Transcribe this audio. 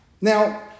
Now